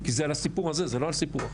כי זה על הסיפור הזה, זה לא על סיפור אחר.